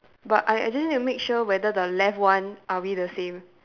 but I I just need to make sure whether the left one are we the same